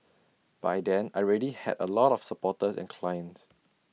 by then I already had A lot of supporters and clients